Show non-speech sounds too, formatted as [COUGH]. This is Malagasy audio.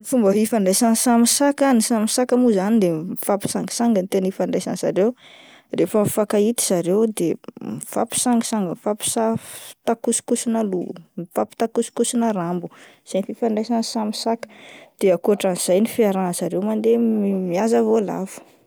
Fomba ifandraisan'ny samy saka ah, ny samy saka moa zany de [HESITATION] mifampisangisangy no tena ifandraisany zareo, rehefa mifankahita zareo dia [HESITATION] mifampisangisangy ,mifampisa-takosokosona loha, mifampitakosokosona rambo, izay ny fifandraisan'ny samy saka. De akoatrin'izay ny fiarahany zareo mandeha [HESITATION] mihaza voalavo.